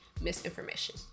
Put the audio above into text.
misinformation